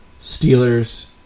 Steelers